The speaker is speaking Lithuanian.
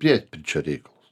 priepirčio reikalus